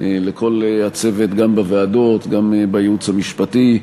לכל הצוות, גם בוועדות, גם בייעוץ המשפטי,